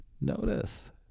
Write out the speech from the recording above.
notice